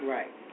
Right